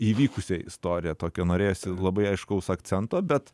įvykusią istoriją tokio norėjosi labai aiškaus akcento bet